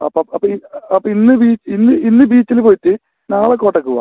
അപ്പോൾ അപ്പോൾ ഈ അപ്പൊ ഇന്ന് ബീ ഇന്ന് ഇന്ന് ബീച്ചിൽ പോയിട്ട് നാളെ കോട്ടക്ക് പോവാം